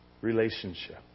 Relationship